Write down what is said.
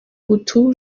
hutu